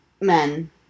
men